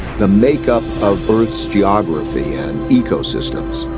the make-up of earth's geography and ecosystems,